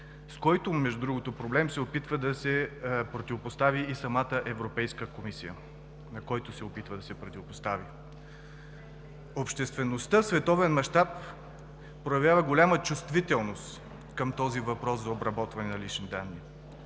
на който между другото проблем се опитва да се противопостави и самата Европейска комисия. Обществеността в световен мащаб проявява голяма чувствителност към този въпрос за обработване на лични данни